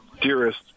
dearest